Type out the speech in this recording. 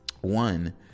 One